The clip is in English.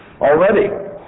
already